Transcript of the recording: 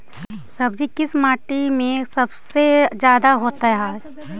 सब्जी किस माटी में सबसे ज्यादा होता है?